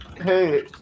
Hey